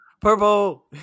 Purple